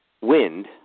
wind